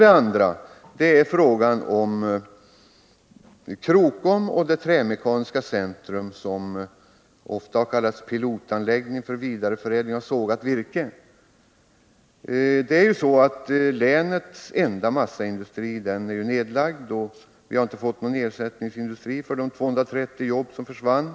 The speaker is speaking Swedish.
En andra fråga gäller Krokom och det trämekaniska centrum, som ofta har kallats ”pilotanläggning för vidareförädling av sågat virke”. Länets enda massaindustri är nedlagd, och vi har inte fått någon ersättningsindustri för de 230 jobb som försvann.